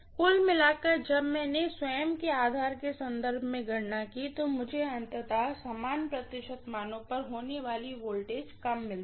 कुल मिलाकर जब मैंने अपने स्वयं के आधार के संदर्भ में गणना की तो मुझे अंततः समान प्रतिशत मानों पर होने वाली वोल्टेज कम मिलेगी